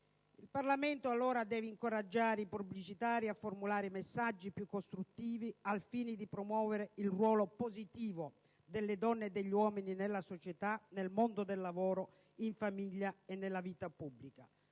Il Parlamento deve allora incoraggiare i pubblicitari a formulare messaggi più costruttivi, al fine di promuovere il ruolo positivo delle donne e degli uomini nella società, nel mondo del lavoro, in famiglia e nella vita pubblica.